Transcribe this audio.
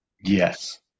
Yes